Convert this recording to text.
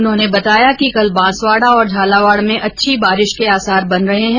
उन्होंने बताया कि कल बांसवाडा और झालावाड में अच्छी बारिश के आसार बन रहे हैं